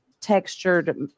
textured